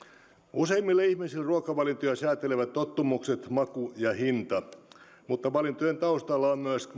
useimpien ihmisten ruokavalintoja säätelevät tottumukset maku ja hinta mutta valintojen taustalla ovat myös